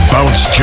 Bounce